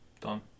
Done